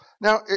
Now